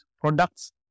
products